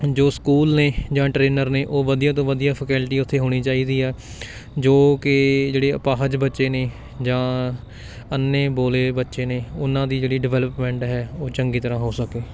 ਜੋ ਸਕੂਲ ਨੇ ਜਾਂ ਟ੍ਰੇਨਰ ਨੇ ਉਹ ਵਧੀਆ ਤੋਂ ਵਧੀਆ ਫੈਕਲਟੀ ਉੱਥੇ ਹੋਣੀ ਚਾਹੀਦੀ ਆ ਜੋ ਕਿ ਜਿਹੜੇ ਅਪਾਹਜ ਬੱਚੇ ਨੇ ਜਾਂ ਅੰਨ੍ਹੇ ਬੋਲੇ ਬੱਚੇ ਨੇ ਉਹਨਾਂ ਦੀ ਜਿਹੜੀ ਡਿਵੈਲਪਮੈਂਟ ਹੈ ਉਹ ਚੰਗੀ ਤਰ੍ਹਾਂ ਹੋ ਸਕੇ